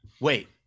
Wait